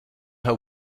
her